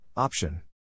Option